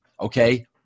okay